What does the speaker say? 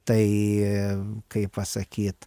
tai kaip pasakyt